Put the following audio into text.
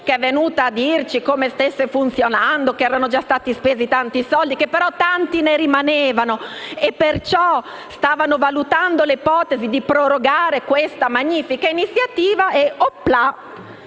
che è venuta a dirci come stesse funzionando e che erano già stati spesi tanti soldi e che, però, tanti ne rimanevano e che, perciò, stavano valutando l'ipotesi di prorogare questa magnifica iniziativa. E, Oplà: